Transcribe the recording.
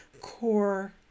core